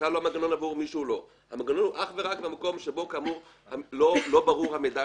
המנגנון אך ורק במקום שבו כאמור לא ברור המידע,